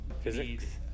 physics